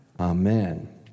Amen